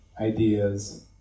ideas